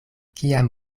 kiam